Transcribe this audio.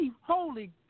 Holy